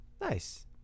Nice